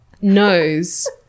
knows